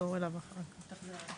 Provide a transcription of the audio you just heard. נחזור אליו אחר כך.